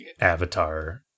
Avatar